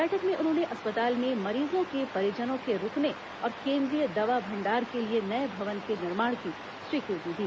बैठक में उन्होंने अस्पताल में मॅरीजों के परिजनों के रूकने और केन्द्रीय दवा भंडार के लिए नए भवन के निर्माण की स्वीकृति दी